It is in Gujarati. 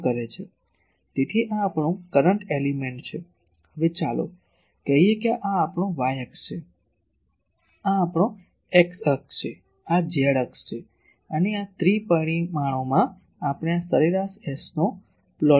તેથી આ આપણું કરંટ એલીમેન્ટ છે હવે ચાલો કહીએ કે આ આપણો y અક્ષ છે આ આપણો x અક્ષ છે આ z અક્ષ છે અને આ ત્રિ પરિમાણોમાં આપણે આ સરેરાશ Sનો પ્લોટ દોરીશું